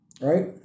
right